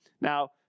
Now